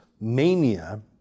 mania